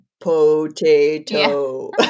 Potato